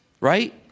right